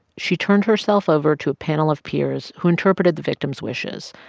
she turned herself over to a panel of peers who interpreted the victim's wishes,